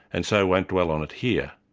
and so won't dwell on it here.